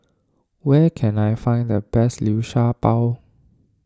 where can I find the best Liu Sha Bao